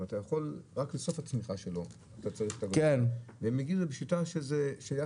רק בסוף הצמיחה שלו אתה צריך --- והם הגיעו לשיטה שהיה